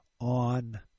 on